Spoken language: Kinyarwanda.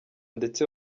ndetse